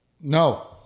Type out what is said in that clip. No